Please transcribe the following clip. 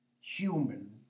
human